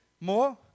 more